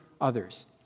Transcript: others